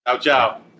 Ciao